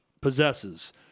possesses